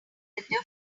calendar